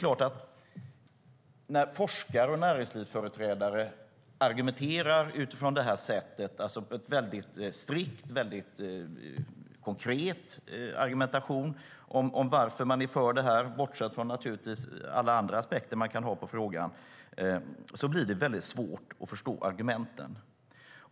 När forskare och näringslivsföreträdare argumenterar på detta sätt, väldigt strikt, med en konkret argumentation om varför de är för detta - naturligtvis bortsett från alla andra aspekter man kan ha på frågan - blir det väldigt svårt att förstå argumenten.